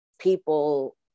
people